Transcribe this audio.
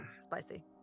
Spicy